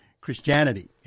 Christianity